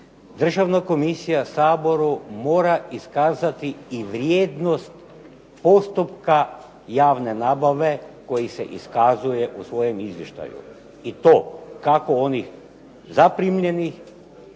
državna komisija Saboru mora iskazati i vrijednost postupka javne nabave koji se iskazuje u svojem izvještaju. I to kako onih zaprimljenih,